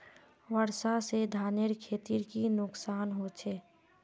वर्षा से धानेर खेतीर की नुकसान होचे?